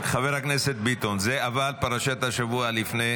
חבר הכנסת ביטון, אבל זו פרשת השבוע מלפני